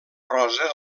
rosa